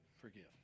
forgive